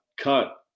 cut